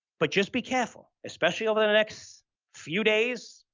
but just be careful, especially over the next few days,